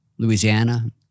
Louisiana